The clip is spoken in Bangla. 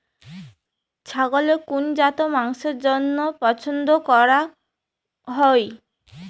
ছাগলের কুন জাত মাংসের জইন্য পছন্দ করাং হই?